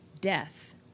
death